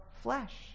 flesh